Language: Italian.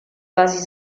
vasi